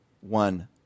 one